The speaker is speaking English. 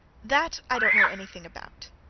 that i don't know anything about,